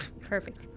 Perfect